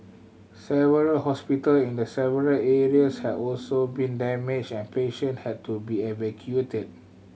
several hospital in the several areas have also been damaged and patient had to be evacuated